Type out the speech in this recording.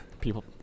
people